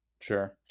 Sure